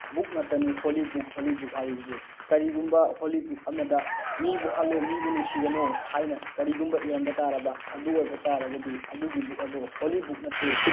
book ꯉꯥꯛꯇꯅꯤ holy book holy book ꯍꯥꯏꯔꯤꯕꯁꯦ ꯀꯔꯤꯒꯨꯝꯕ ꯍꯣꯂꯤ ꯕꯨꯛ ꯑꯃꯗ ꯃꯤꯕꯨ ꯍꯥꯠꯂꯣ ꯃꯤꯕꯨ ꯅꯨꯡꯁꯤꯒꯅꯣ ꯍꯥꯏꯅ ꯀꯔꯤꯒꯨꯝꯕ ꯏꯔꯝꯕ ꯇꯥꯔꯕ ꯑꯗꯨ ꯑꯣꯏꯕ ꯇꯥꯔꯒꯗꯤ ꯑꯗꯨꯒꯤ ꯕꯨꯛ ꯑꯗꯣ ꯍꯣꯂꯤ ꯕꯨꯛ ꯅꯠꯇꯦ